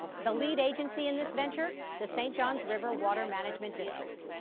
the lead agency in this venture the st. johns river water management district.